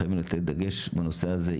חייבים לתת דגש בנושא הזה,